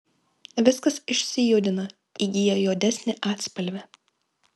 viskas išsijudina įgyja juodesnį atspalvį